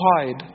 hide